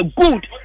good